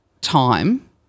time